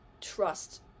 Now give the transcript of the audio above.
trust